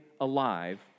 alive